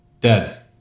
Dead